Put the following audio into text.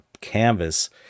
canvas